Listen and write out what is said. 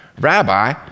Rabbi